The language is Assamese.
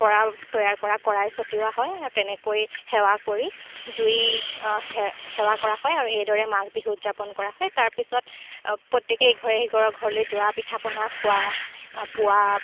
পৰা তৈয়াৰ কৰা কড়াই ছটিওৱা হয় আৰু তেনেকৈ সেৱা কৰি জুইক সেৱা কৰা হয় আৰু এইদৰে মাঘ বিহু উদযাপন কৰা হয় তাৰপিছত প্ৰত্যেকেই ইঘৰে সিঘৰ ঘৰলৈ যোৱা পিঠা পনা খোৱা পোৱা